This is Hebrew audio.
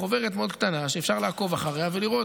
חוברת קטנה מאוד שאפשר לעקוב אחריה ולראות.